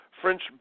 French